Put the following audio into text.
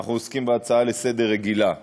אנחנו עוסקים בהצעה רגילה לסדר-היום.